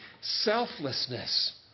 Selflessness